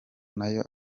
nayo